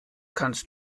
kannst